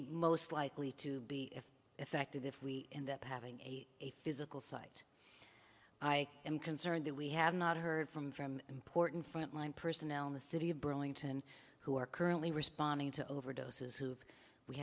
most likely to be affected if we end up having a physical site i am concerned that we have not heard from from important frontline personnel in the city of burlington who are currently responding to overdoses who've we